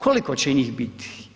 Koliko će njih biti?